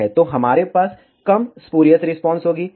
तो हमारे पास कम स्पूरियस रिस्पांस होगी